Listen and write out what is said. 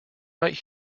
right